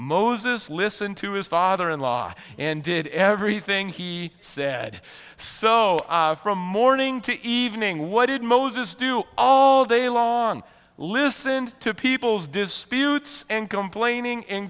moses listen to his father in law and did everything he said so from morning to evening what did moses do all day long listened to people's disputes and complaining in